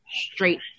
straight